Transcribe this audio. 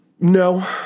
No